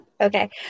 Okay